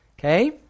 okay